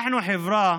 אנחנו חברה